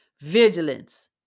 vigilance